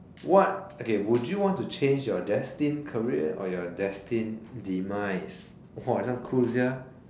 what okay would you want to change your destined career or your destined demise !wah! this one cool sia